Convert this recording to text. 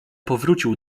powrócił